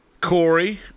Corey